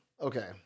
Okay